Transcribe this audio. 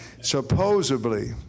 Supposedly